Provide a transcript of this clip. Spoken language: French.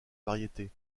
variété